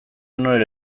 honen